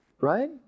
right